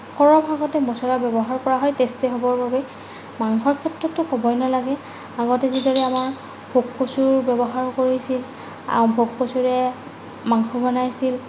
সৰহভাগতে মচলা ব্যৱহাৰ কৰা হয় টেষ্টি হ'বৰ বাবে মাংসৰ ক্ষেত্ৰতোটো ক'বই নালাগে আগতে যিদৰে আমাৰ ভোগ কচুৰ ব্যৱহাৰ কৰিছিল ভোগ কচুৰে মাংস বনাইছিল